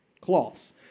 cloths